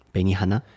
Benihana